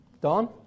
Don